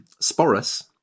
Sporus